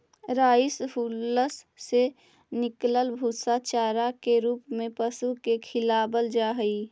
rice hulls से निकलल भूसा चारा के रूप में पशु के खिलावल जा हई